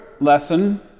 lesson